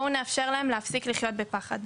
בואו נאפשר להם להפסיק לחיות בפחד.